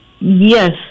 Yes